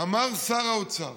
אמר שר האוצר